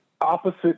opposite